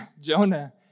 Jonah